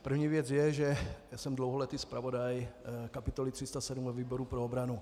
První věc je, že já jsem dlouholetý zpravodaj kapitoly 307 ve výboru pro obranu.